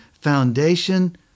foundation